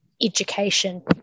education